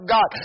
God